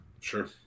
Sure